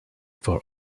for